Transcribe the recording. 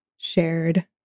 shared